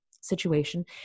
situation